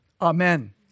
Amen